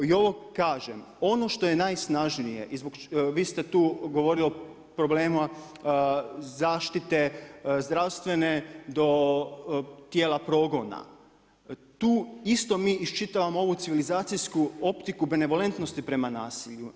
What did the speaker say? I ovo kažem ono što je najsnažnije, vi ste tu govorili o problemu zaštite zdravstvene do tijela progona, tu isto mi iščitavamo ovu civilizacijsku optiku benevolentnosti prema nasilju.